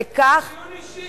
זה דיון אישי.